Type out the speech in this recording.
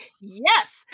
Yes